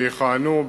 שיכהנו,